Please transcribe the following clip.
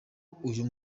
uyu